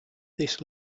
this